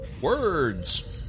Words